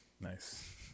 nice